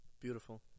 Beautiful